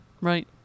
right